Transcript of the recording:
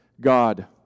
God